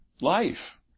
life